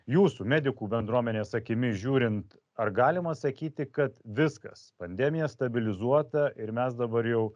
jūsų medikų bendruomenės akimis žiūrint ar galima sakyti kad viskas pandemija stabilizuota ir mes dabar jau